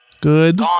Good